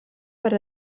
per